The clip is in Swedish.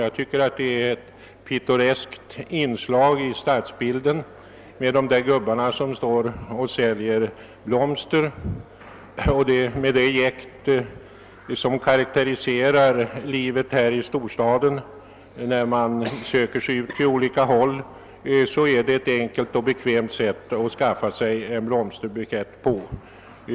Jag tycker att de där gubbarna som står och säljer blommor är ett pittoreskt inslag i stadsbilden, och med det jäkt som karakteriserar livet här i storstaden, när man söker sig ut till olika ställen, är det ett enkelt och bekvämt sätt att skaffa sig en bukett.